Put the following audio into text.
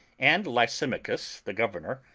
and lysimachus, the governor,